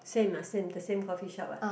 same ah same the same coffee shop ah